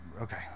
okay